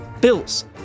Bills